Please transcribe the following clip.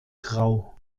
grau